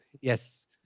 Yes